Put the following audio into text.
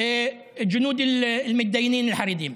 המגויסים החרדים.